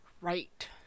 Right